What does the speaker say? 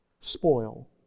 spoil